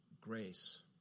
grace